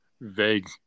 vague